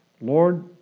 Lord